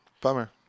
Bummer